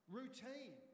routine